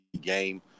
game